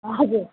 हजुर